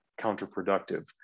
counterproductive